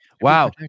Wow